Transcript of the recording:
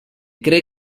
cree